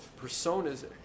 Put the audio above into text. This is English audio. personas